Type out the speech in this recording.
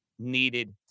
needed